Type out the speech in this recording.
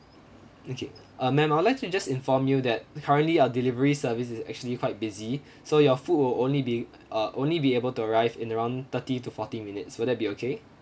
okay uh ma'am I'd like to just inform you that currently our delivery service is actually quite busy so your food will only be uh only be able to arrive in around thirty to forty minutes will that be okay